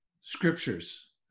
scriptures